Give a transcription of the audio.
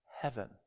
heaven